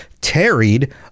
tarried